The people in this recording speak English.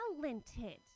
talented